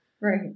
Right